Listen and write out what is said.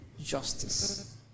justice